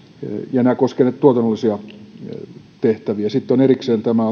ja nämä koskevat näitä tuotannollisia tehtäviä sitten on erikseen tämä